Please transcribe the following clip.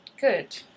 Good